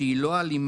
שהיא לא אלימה,